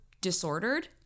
disordered